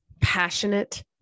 passionate